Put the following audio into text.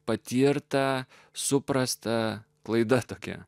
patirta suprasta klaida tokia